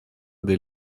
des